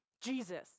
Jesus